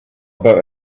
about